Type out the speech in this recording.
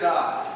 God